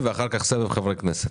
סבב חברי כנסת.